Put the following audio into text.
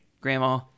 Grandma